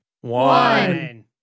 One